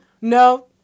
No